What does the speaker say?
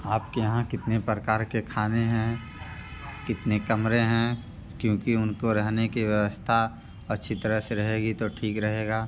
आप के यहाँ कितने प्रकार के खाने हैं कितने कमरे हैं क्योंकि उनको रहने की व्यवस्था अच्छी तरह से रहेगी तो ठीक रहेगा